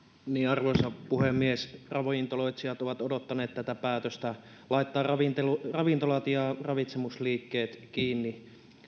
arvoisa puhemies ravintoloitsijat ovat odottaneet tätä päätöstä laittaa ravintolat ja ravitsemusliikkeet kiinni